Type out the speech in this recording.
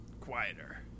quieter